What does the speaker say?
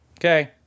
Okay